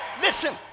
Listen